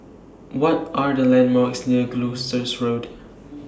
What Are The landmarks near Gloucester Road